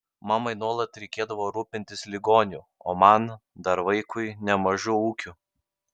mamai nuolat reikėdavo rūpintis ligoniu o man dar vaikui nemažu ūkiu